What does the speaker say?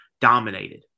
dominated